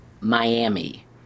Miami